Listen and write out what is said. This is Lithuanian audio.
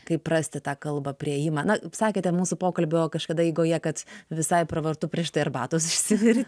kaip rasti tą kalbą priėjimą na sakėte mūsų pokalbio kažkada eigoje kad visai pravartu prieš tai arbatos išsivirti